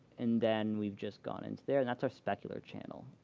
and then we've just gone into there, and that's our specular channel.